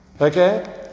Okay